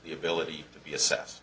the ability to be assessed